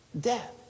death